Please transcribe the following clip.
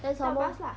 then some more